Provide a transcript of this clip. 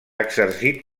exercit